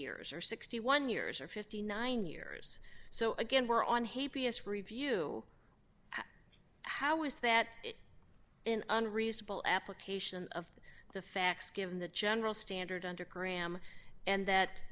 years or sixty one years or fifty nine years so again we're on hey p s review how is that in unreasonable application of the facts given the general standard under current am and that